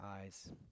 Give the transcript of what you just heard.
eyes